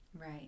Right